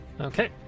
Okay